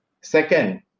Second